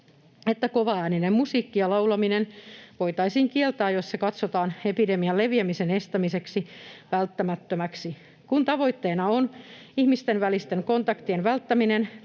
että kovaääninen musiikki ja laulaminen voitaisiin kieltää, jos se katsotaan epidemian leviämisen estämiseksi välttämättömäksi. Kun tavoitteena on ihmisten välisten kontaktien välttäminen,